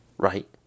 Right